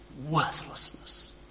worthlessness